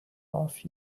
off